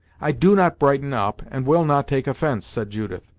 i do not brighten up, and will not take offence, said judith,